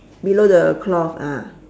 below the cloth ah